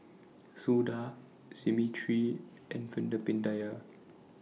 Suda Smriti and Veerapandiya